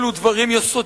אלו דברים יסודיים